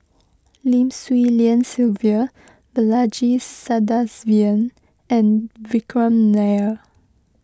Lim Swee Lian Sylvia Balaji Sadasivan and Vikram Nair